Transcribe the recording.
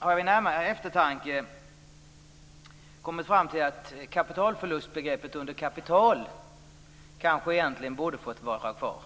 jag vid närmare eftertanke kommit fram till att kapitalförlustbegreppet för kapital kanske egentligen borde ha fått vara kvar.